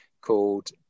called